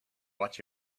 watch